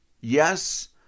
yes